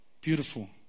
Beautiful